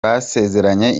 basezeranye